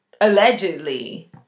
allegedly